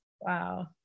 Wow